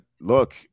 look